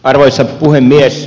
arvoisa puhemies